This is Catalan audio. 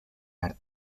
art